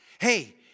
Hey